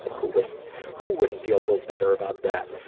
who wouldn't who wouldn't feel a little bitter about that?